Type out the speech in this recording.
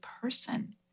person